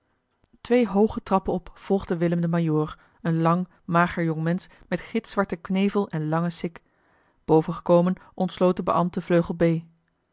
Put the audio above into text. twee hooge trappen op volgde willem den majoor een lang mager jongmensch met gitzwarten knevel en lange sik boven gekomen ontsloot de beambte